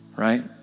right